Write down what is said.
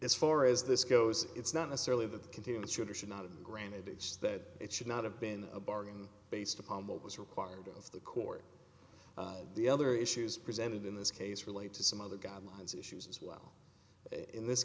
as far as this goes it's not necessarily that the continuous should or should not have granted it just that it should not have been a bargain based upon what was required of the court the other issues presented in this case relate to some other guidelines issues as well in this